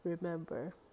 remember